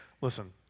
listen